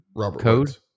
code